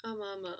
ஆமாஆமா:aamaa aamaa